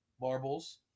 Marbles